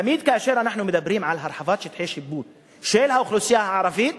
תמיד כאשר אנחנו מדברים על הרחבת שטחי שיפוט של האוכלוסייה הערבית